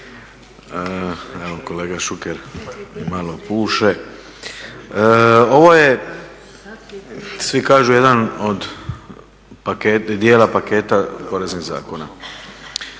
Evo, kolega Šuker malo puše. Ovo je, svi kažu jedan od dijela paketa poreznih zakona